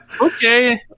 okay